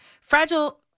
fragile